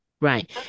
right